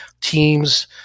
teams